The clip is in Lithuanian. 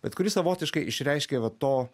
bet kuri savotiškai išreiškia vat to